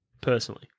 personally